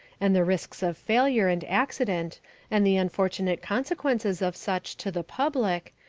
and the risks of failure and accident and the unfortunate consequences of such to the public,